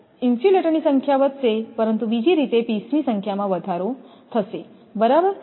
ઇન્સ્યુલેટરની સંખ્યા વધશે પરંતુ બીજી રીતે પીસની સંખ્યામાં વધારો થશે બરાબર